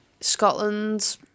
Scotland